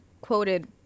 quoted